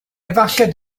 efallai